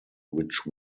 which